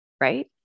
right